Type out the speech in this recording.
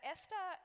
Esther